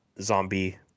zombie